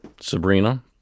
Sabrina